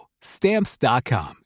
Stamps.com